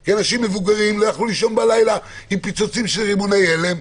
כי אנשים מבוגרים לא יכלו לישון בלילה עם פיצוצים של רימוני הלם.